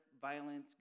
violence